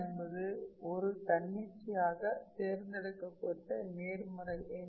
என்பது ஒரு தன்னிச்சையாக தேர்ந்தெடுக்கப்பட்ட நேர்மறை எண்